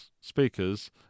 speakers